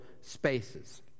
spaces